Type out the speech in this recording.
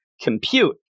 compute